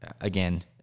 again